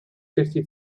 fifty